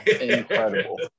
Incredible